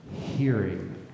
hearing